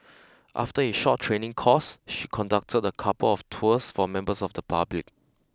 after a short training course she conducted a couple of tours for members of the public